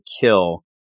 kill